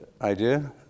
idea